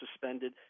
suspended